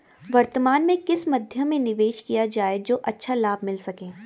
वर्तमान में किस मध्य में निवेश किया जाए जो अच्छा लाभ मिल सके?